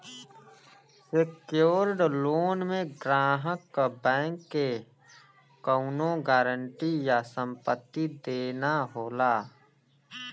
secured loan में ग्राहक क बैंक के कउनो गारंटी या संपत्ति देना होला